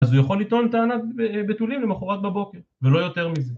אז הוא יכול לטעון טענת בתולים למחרת בבוקר, ולא יותר מזה.